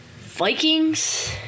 Vikings